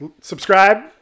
subscribe